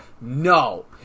No